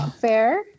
fair